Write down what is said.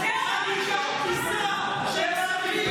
באמצע מלחמה, כספים ייחודיים.